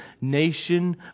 nation